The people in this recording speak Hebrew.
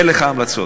הא לך המלצות.